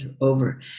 over